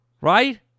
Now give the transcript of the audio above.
Right